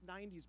90s